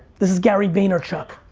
this is gary vaynerchuk.